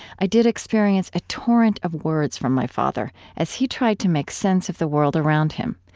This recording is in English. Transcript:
i did experience a torrent of words from my father as he tried to make sense of the world around him,